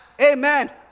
Amen